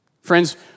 Friends